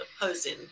opposing